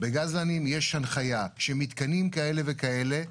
בגזלנים יש הנחיה, שמתקנים כאלה וכאלה,